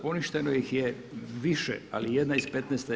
Poništeno ih je više, ali jedna iz petnaeste.